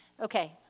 Okay